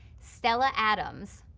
stella adams,